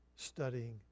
studying